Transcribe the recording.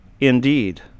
indeed